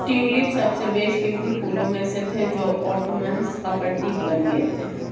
tulip सबसे बेशकीमती फूलों में से थे जो ओटोमन्स का प्रतीक बन गए थे